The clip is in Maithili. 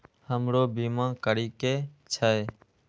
हमरो बीमा करीके छः?